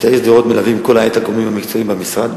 2. את העיר שדרות מלווים כל הגורמים המקצועיים במשרד,